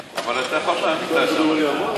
2016, נתקבל.